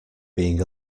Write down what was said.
being